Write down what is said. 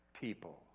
people